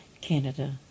Canada